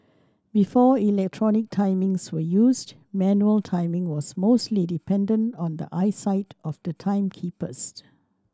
before electronic timings were used manual timing was mostly dependent on the eyesight of the timekeepers